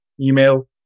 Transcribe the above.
email